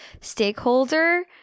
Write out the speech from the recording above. stakeholder